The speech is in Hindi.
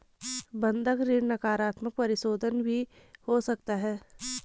बंधक ऋण नकारात्मक परिशोधन भी हो सकता है